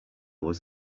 was